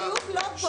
הבריאות לא פה.